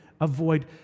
avoid